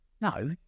No